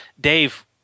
Dave